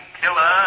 killer